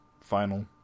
final